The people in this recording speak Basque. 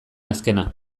azkena